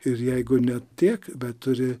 ir jeigu ne tiek bet turi